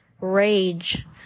rage